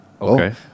Okay